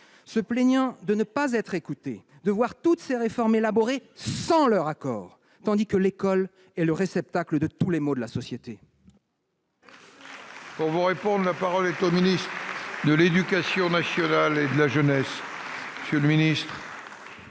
se plaignent de ne pas être écoutés et de voir toutes ces réformes élaborées sans leur accord, tandis que l'école est le réceptacle de tous les maux de la société